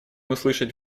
услышать